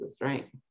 Right